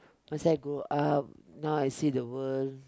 once I grow up now I see the world